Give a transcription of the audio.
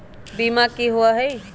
बीमा की होअ हई?